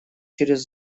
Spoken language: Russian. через